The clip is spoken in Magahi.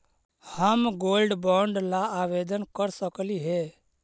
हम गोल्ड बॉन्ड ला आवेदन कर सकली हे?